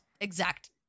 exact